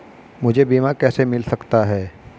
मुझे बीमा कैसे मिल सकता है?